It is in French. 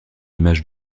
image